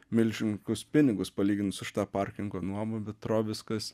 milžiniškus pinigus palyginus už tą parkingo nuomą bet viskas